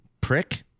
prick